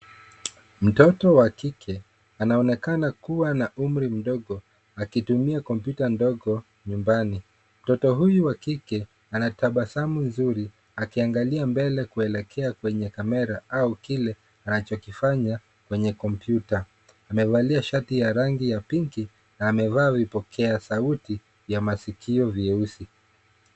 Mtoto wa kike anaonekana kuwa na umri mdogo akitumia kompyuta ndogo nyumbani. Mtoto huyu wa kike ana tabasamu zuri akiangalia mbele kuelekea kwenye kamera au kile anachokifanya kwenye kompyuta. Amevalia shati ya rangi ya pinki na amevaa vipokea sauti vya maskio vieusi.